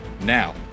Now